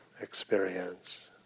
experience